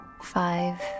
five